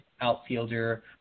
outfielder